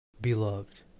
Beloved